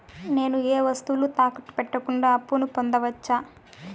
నేను ఏ వస్తువులు తాకట్టు పెట్టకుండా అప్పును పొందవచ్చా?